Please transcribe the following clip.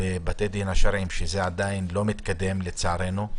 בבתי הדין השרעיים, שזה לא מתקדם עדיין לצערנו.